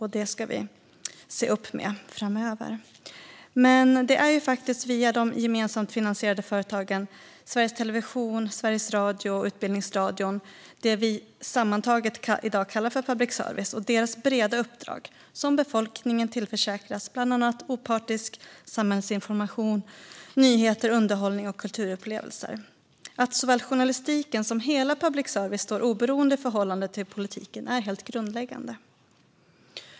Det ska vi se upp med framöver. Det är via de gemensamt finansierade företagen Sveriges Television, Sveriges Radio och Utbildningsradion, det vi sammantaget i dag kallar public service, och deras breda uppdrag som befolkningen tillförsäkras bland annat opartisk samhällsinformation, nyheter, underhållning och kulturupplevelser. Att såväl journalistiken som hela public service står oberoende i förhållande till politiken är helt grundläggande.